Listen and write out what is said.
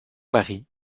barry